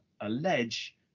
allege